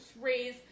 raise